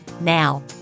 Now